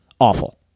awful